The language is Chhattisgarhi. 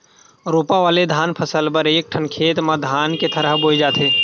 रोपा वाले धान फसल बर एकठन खेत म धान के थरहा बोए जाथे